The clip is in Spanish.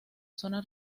zona